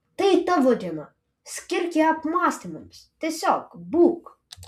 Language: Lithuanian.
tai tavo diena skirk ją apmąstymams tiesiog būk